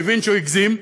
והוא הבין שהוא הגזים,